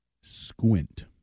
Squint